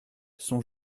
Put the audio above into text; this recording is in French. son